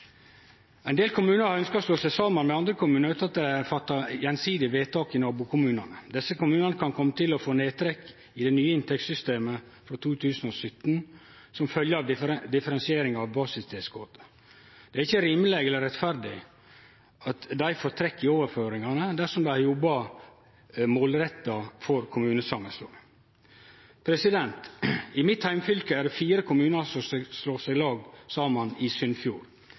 Ein del kommunar ønskjer å slå seg saman med andre kommunar utan at det er fatta gjensidige vedtak i nabokommunane. Desse kommunane kan kome til å få nedtrekk i det nye inntektssystemet frå 2017 som følgje av differensieringa av basistilskotet. Det er ikkje rimeleg eller rettferdig at dei får trekk i overføringane dersom dei jobbar målretta for kommunesamanslåing. I mitt heimfylke er det fire kommunar i Sunnfjord som slår seg saman.